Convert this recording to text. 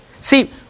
see